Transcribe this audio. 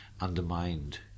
undermined